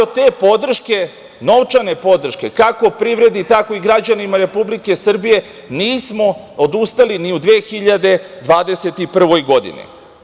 Od te novčane podrške, kako privredi tako i građanima Republike Srbije nismo odustali ni u 2021. godini.